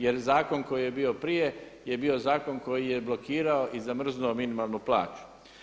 Jer zakon koji je bio prije, je bio zakon koji je blokirao i zamrznuo minimalnu plaću.